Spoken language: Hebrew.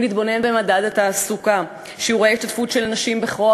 אם נתבונן במדד התעסוקה: שיעורי ההשתתפות של נשים בכוח